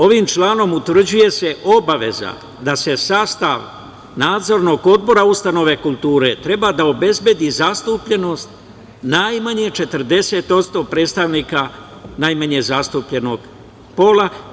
Ovim članom utvrđuje se obaveza da sastav Nadzornog odbora ustanove kulture treba da obezbedi zastupljenost najmanje 40% predstavnika najmanje zastupljenog pola.